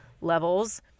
levels